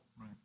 Right